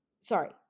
Sorry